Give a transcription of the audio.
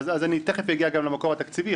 אז אני תיכף אגיע גם למקור התקציבי.